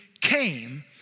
came